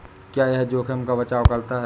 क्या यह जोखिम का बचाओ करता है?